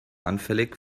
anfällig